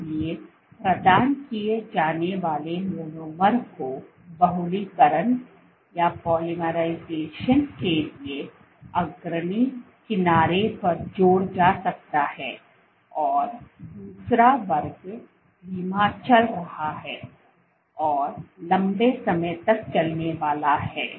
इसलिए प्रदान किए जाने वाले मोनोमर को बहुलीकरण के लिए अग्रणी किनारे पर जोड़ा जा सकता है और दूसरा वर्ग धीमा चल रहा है और लंबे समय तक चलने वाला है